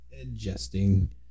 Adjusting